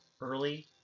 early